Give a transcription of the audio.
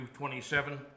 27